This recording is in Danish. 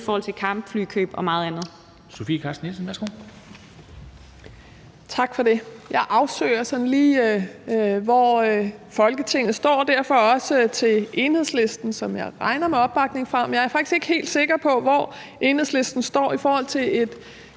i forhold til kampflykøb og meget andet.